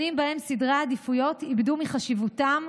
שנים שבהן סדרי העדיפויות איבדו מחשיבותם,